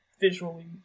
visually-